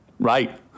Right